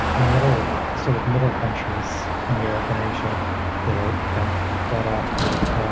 the middle the sort of middle countries in europe and asia that are kind of fed up with